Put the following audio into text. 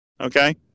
Okay